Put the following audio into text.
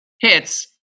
HITS